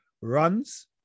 Runs